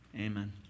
Amen